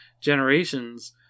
Generations